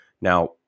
Now